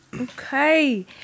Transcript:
Okay